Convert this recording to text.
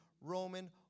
Roman